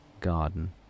garden